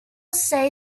say